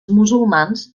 musulmans